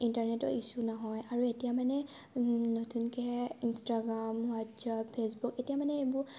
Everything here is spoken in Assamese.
ইণ্টাৰনেটৰ ইছ্যু নহয় আৰু এতিয়া মানে নতুনকৈহে ইনষ্টাগ্ৰাম হোৱাটছআপ ফেচবুক এতিয়া মানে এইবোৰ